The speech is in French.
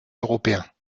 européens